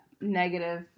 negative